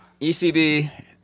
ECB